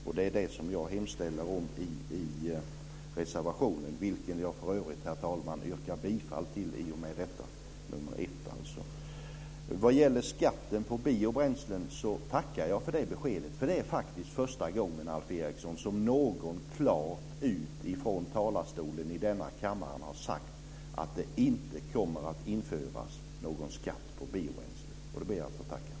Och det är det som jag hemställer om i reservation 1, vilken jag för övrigt, herr talman, yrkar bifall till i och med detta. Jag tackar för beskedet i fråga om skatt på biobränslen. Det är faktiskt första gången, Alf Eriksson, som någon från talarstolen i denna kammare klart har sagt att det inte kommer att införas någon skatt på biobränslen, och det ber jag att få tacka för.